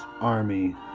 Army